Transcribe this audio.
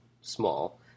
small